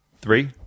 Three